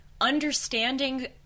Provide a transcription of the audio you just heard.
understanding